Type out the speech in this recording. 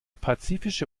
pazifische